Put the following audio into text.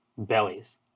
Bellies